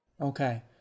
Okay